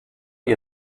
ihr